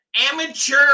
amateur